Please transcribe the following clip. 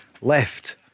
left